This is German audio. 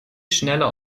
schneller